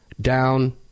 down